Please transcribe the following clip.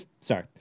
Sorry